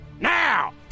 Now